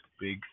big